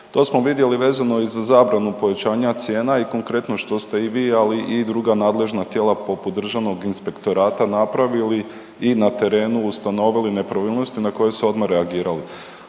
To smo vidjeli vezano i za zabranu povećanja cijena i konkretno što ste i vi, ali i druga nadležna tijela poput Državnog inspektorata napravili i na terenu ustanovili nepravilnosti na koje se odmah reagiralo.